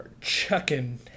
chucking